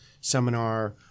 seminar